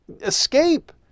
Escape